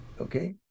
Okay